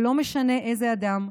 ולא משנה איזה אדם,